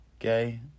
okay